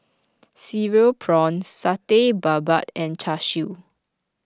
Cereal Prawns Satay Babat and Char Siu